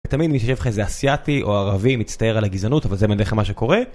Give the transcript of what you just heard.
תמיד מי שישב זה אסיאתי או ערבי מצטער על הגזענות אבל זה בדרך כלל מה שקורה.